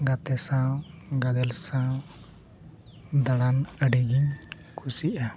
ᱜᱟᱛᱮ ᱥᱟᱶ ᱜᱟᱫᱮᱞ ᱥᱟᱶ ᱫᱟᱬᱟᱱ ᱟᱹᱰᱤ ᱜᱤᱧ ᱠᱩᱥᱤᱜᱼᱟ